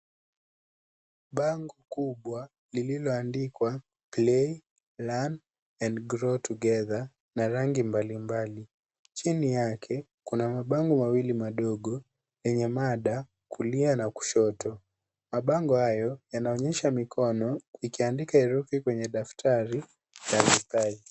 Bango kubwa lililoandikwa play, learn and grow together na rangi mbalimbali. Chini yake kuna mabango mawili madogo yenye mada; kulia na kushoto. Mabango hayo yanaonyesha mikono ikiandika herufi kwenye daftari ya mistari.